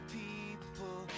people